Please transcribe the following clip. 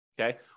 okay